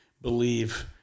believe